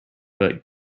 but